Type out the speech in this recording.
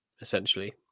essentially